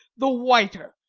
the whiter,